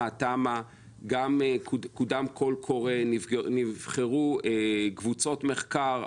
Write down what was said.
התמ"א; קודם קול קורא ונבחרו קבוצות מחקר,